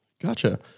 Gotcha